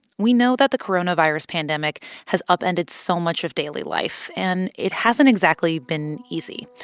we know that the coronavirus pandemic has upended so much of daily life. and it hasn't exactly been easy.